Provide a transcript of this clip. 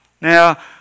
Now